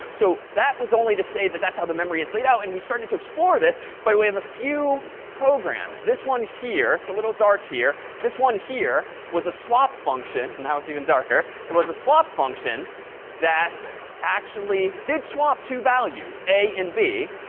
so that was only to say that that's how the memory is laid out. and we started to explore this by way of a few programs. this one here it's a little dark here. this one here, was a swap function. and now it's even darker. it was a swap function that actually did swap two values, a and b.